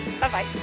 Bye-bye